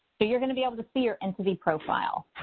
so you're going to be able to see your entity profile.